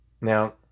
Now